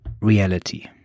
reality